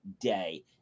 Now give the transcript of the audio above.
day